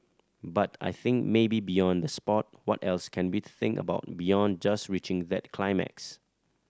but I think maybe beyond the sport what else can we think about beyond just reaching that climax